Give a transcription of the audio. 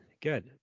Good